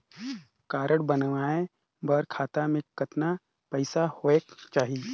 Card बनवाय बर खाता मे कतना पईसा होएक चाही?